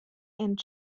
and